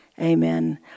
Amen